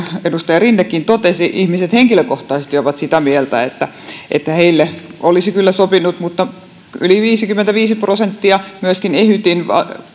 edustaja rinnekin totesi jos ihmiset henkilökohtaisesti ovat sitä mieltä että että heille olisi tämä kyllä sopinut mutta yli viisikymmentäviisi prosenttia ehytin